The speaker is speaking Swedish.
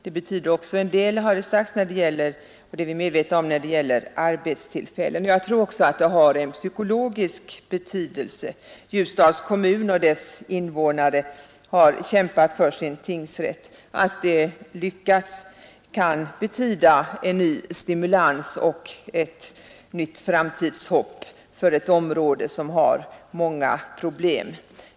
Det betyder också en del, har det sagts, när det gäller arbetstillfällen. Det är vi medvetna om, och jag tror också att det har en psykologisk betydelse. Ljusdals kommun och dess invånare har kämpat för sin tingsrätt. Att de lyckats kan betyda en ny stimulans och ett nytt framtidshopp för ett område som har många problem.